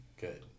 good